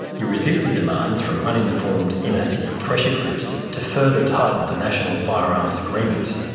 he resisted demands from uninformed inner-city pressure groups to further tighten the national firearms agreement.